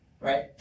right